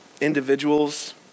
individuals